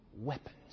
weapons